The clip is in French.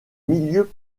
milieux